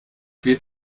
wird